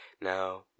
Now